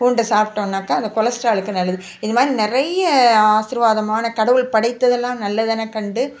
பூண்டை சாப்பிட்டோன்னாக்கா அந்த கொலஸ்ட்ராலுக்கு நல்லது இது மாதிரி நிறைய ஆசிர்வாதமான கடவுள் படைத்ததெல்லாம் நல்லதெனக் கண்டு